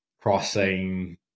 crossing